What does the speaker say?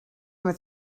met